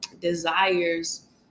desires